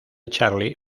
charlie